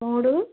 మూడు